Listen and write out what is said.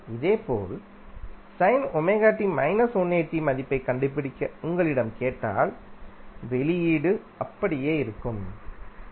இதேபோல் மதிப்பைக் கண்டுபிடிக்க உங்களிடம் கேட்டால் வெளியீடு அப்படியே இருக்கும்அதாவது